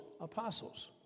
apostles